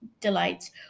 delights